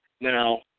now